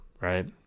right